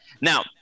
now